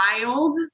wild